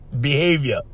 behavior